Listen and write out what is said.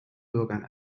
bürgern